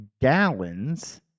gallons